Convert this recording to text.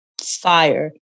fire